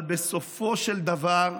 אבל בסופו של דבר,